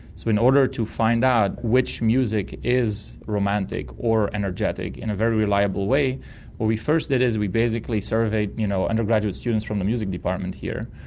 so in order to find out which music is romantic or energetic in a very reliable way, what we first did is we basically surveyed you know undergraduate students from the music department here,